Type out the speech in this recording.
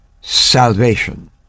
salvation